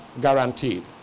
guaranteed